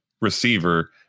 receiver